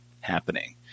happening